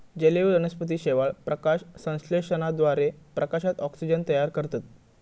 जलीय वनस्पती शेवाळ, प्रकाशसंश्लेषणाद्वारे प्रकाशात ऑक्सिजन तयार करतत